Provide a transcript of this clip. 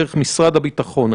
דרך משרד הביטחון.